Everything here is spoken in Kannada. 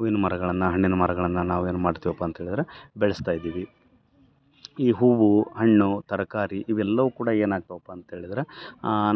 ಹೂವಿನ ಮರಗಳನ್ನು ಹಣ್ಣಿನ ಮರಗಳನ್ನ ನಾವು ಏನು ಮಾಡ್ತೀವಪ್ಪ ಅಂತ ಹೇಳಿದ್ರೆ ಬೆಳೆಸ್ತಾ ಇದ್ದೀವಿ ಈ ಹೂವು ಹಣ್ಣು ತರಕಾರಿ ಇವೆಲ್ಲವು ಕೂಡ ಏನು ಆಗ್ತವಪ್ಪ ಅಂತ ಹೇಳಿದ್ರೆ